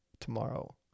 tomorrow